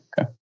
okay